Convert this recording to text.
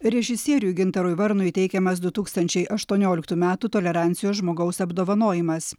režisieriui gintarui varnui teikiamas du tūkstančiai aštuonioliktų metų tolerancijos žmogaus apdovanojimas